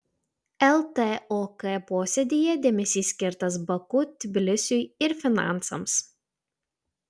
ltok posėdyje dėmesys skirtas baku tbilisiui ir finansams